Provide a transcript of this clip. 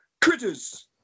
critters